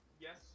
Yes